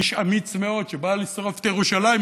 איש אמיץ מאוד, שבא לשרוף את ירושלים.